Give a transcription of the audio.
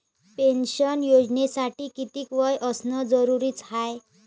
Pension योजनेसाठी कितीक वय असनं जरुरीच हाय?